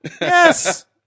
Yes